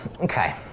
Okay